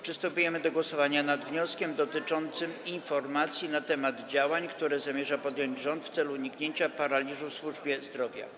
Przystępujemy do głosowania nad wnioskiem dotyczącym informacji na temat działań, które zamierza podjąć rząd w celu uniknięcia paraliżu w służbie zdrowia.